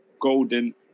golden